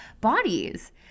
bodies